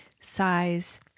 size